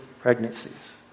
pregnancies